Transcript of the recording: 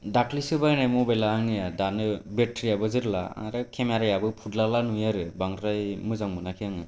दाख्लैसो बायनाय मबाइला आंनिया दानो बेटारिआबो जोरला आरो केमेरायाबो फुटलाला नुयो आरो बांद्राय मोजां मोनाखै आङो